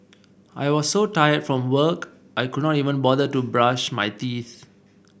I was so tired from work I could not even bother to brush my teeth